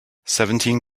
seventeen